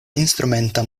instrumenta